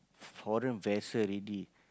foreign vessel already